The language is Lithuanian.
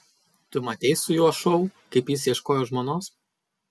tu matei su juo šou kaip jis ieškojo žmonos